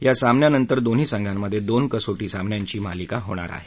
या सामन्यानंतर दोन्ही संघांमधे दोन कसोटी सामन्यांची मालिका होणार आहे